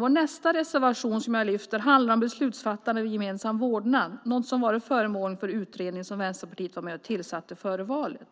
Vår nästa reservation som jag lyfter fram handlar om beslutsfattande vid gemensam vårdnad, något som varit föremål för en utredning som Vänsterpartiet var med och tillsatte före valet.